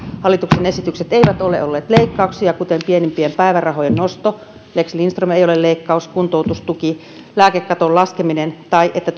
hallituksen esitykset eivät ole olleet leikkauksia kuten pienimpien päivärahojen nosto lex lindström ei ole leikkaus kuntoutustuki lääkekaton laskeminen tai että